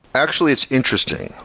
actually, it's interesting.